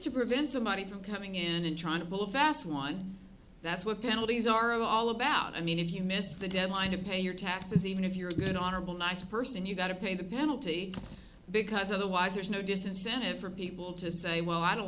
to prevent somebody from coming in and trying to pull a fast one that's what penalties are all about i mean if you miss the deadline to pay your taxes even if you're that honorable nice person you've got to pay the penalty because otherwise there's no disincentive for people to say well i don't